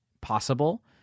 possible